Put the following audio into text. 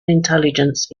intelligence